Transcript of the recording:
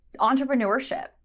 entrepreneurship